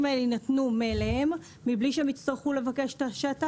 האלה יינתנו מאליהם בלי שהם יצטרכו לבקש את השטח.